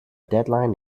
deadline